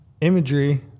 imagery